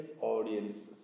audiences